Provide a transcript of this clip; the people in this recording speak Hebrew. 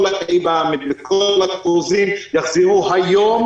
כל האימאמים וכל המואזינים שיחזרו היום לעבודה.